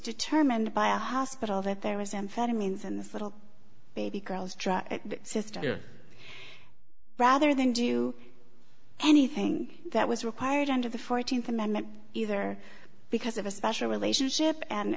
determined by a hospital that there was amphetamines and this little baby girl's drug sister rather than do anything that was required under the th amendment either because of a special relationship and